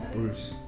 Bruce